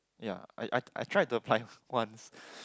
ya I I I tried to apply once